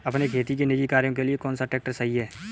अपने खेती के निजी कार्यों के लिए कौन सा ट्रैक्टर सही है?